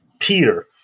Peter